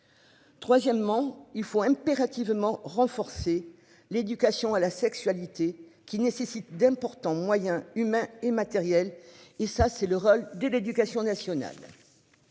Troisièmement, il faut impérativement renforcer l'éducation à la sexualité qui nécessite d'importants moyens humains et matériels et ça c'est le rôle de l'éducation nationale.